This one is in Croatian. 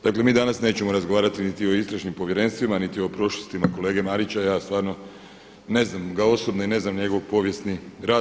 Dakle mi danas nećemo razgovarati niti o istražnim povjerenstvima niti o prošlosti kolege Marića, ja stvarno ne znam ga osobno i ne znam njegov povijesni rad.